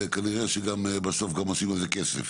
כנראה שבסוף גם עושים על זה כסף.